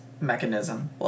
Mechanism